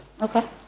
Okay